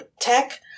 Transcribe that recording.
tech